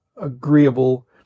agreeable